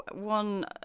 one